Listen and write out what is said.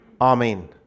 Amen